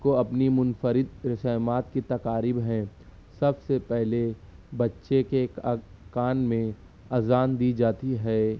کو اپنی منفرد رسومات کی تقاریب ہیں سب سے پہلے بچے کے کان میں اذان دی جاتی ہے